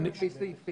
בצורה אינטנסיבית.